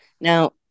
Now